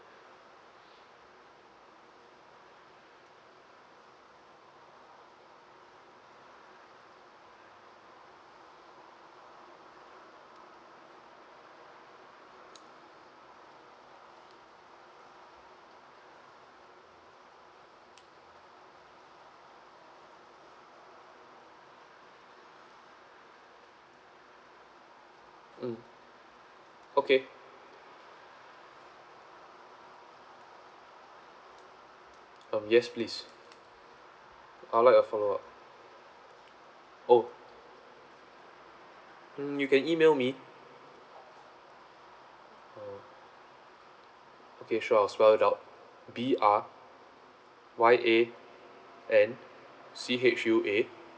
mm okay um yes please I'd like a follow up oh mm you can email me okay sure I'll spell it out B R Y A N C H U A